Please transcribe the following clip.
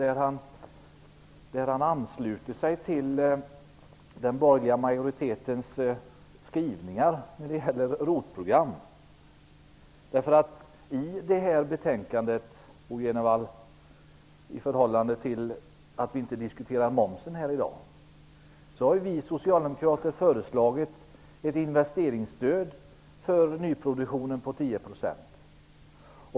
Där ansluter han sig till den borgerliga majoritetens skrivningar när det gäller Vi skall ju inte diskutera momsen här i dag. I det här betänkandet har vi socialdemokrater föreslagit ett investeringsstöd för nyproduktionen på 10 %.